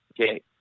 Okay